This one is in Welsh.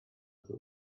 ddwy